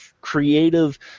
creative